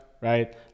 right